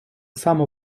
само